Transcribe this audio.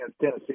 Tennessee